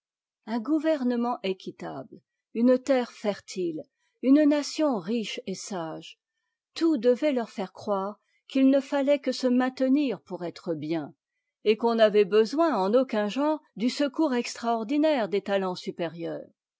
un gouvernement équitable une terre fertile une nation riche et sage tout devait leur faire croire qu'il ne fallait que se maintenir pour être bien et'qu'on n'avait besoin en aucun genre du secours extraordinaire des talents supérieurs